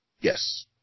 Yes